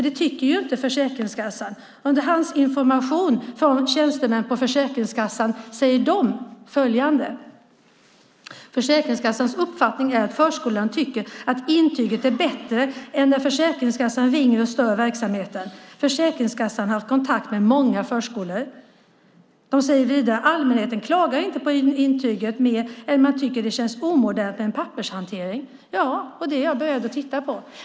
Det tycker inte Försäkringskassan. I underhandsinformation från tjänstemän på Försäkringskassan säger de följande: Försäkringskassans uppfattning är att förskolan tycker att intyget är bättre än när Försäkringskassan ringer och stör verksamheten. Försäkringskassan har haft kontakt med många förskolor. De säger vidare: Allmänheten klagar inte på intyget mer än att man tycker att det känns omodernt med pappershantering. Det är jag beredd att titta på.